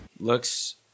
Looks